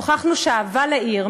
הוכחנו שאהבה לעיר,